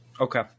Okay